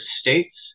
States